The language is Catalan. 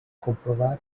comprovar